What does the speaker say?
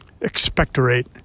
expectorate